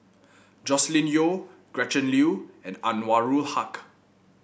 Joscelin Yeo Gretchen Liu and Anwarul Haque